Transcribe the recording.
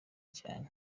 cyane